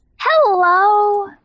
Hello